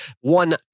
one